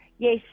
Yes